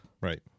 right